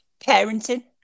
parenting